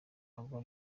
ava